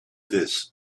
this